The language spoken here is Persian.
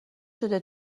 شده